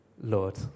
Lord